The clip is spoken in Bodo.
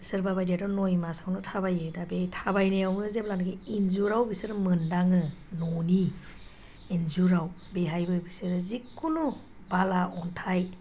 सोरबाबायदियाथ' नय मासावनो थाबायो दा बे थाबायनायावबो जेब्ला इन्जुरा बिसोरो मोन्दाङो न'नि इन्जुराव बेहायबो बिसोरो जिखुनु बाला अन्थाइ